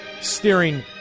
steering